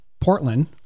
Portland